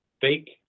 fake